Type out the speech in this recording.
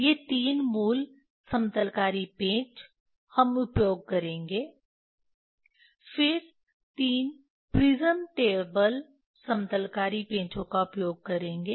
यह तीन मूल समतलकारी पेंच हम उपयोग करेंगे फिर तीन प्रिज्म टेबल समतलकारी पेंचो का उपयोग करेंगे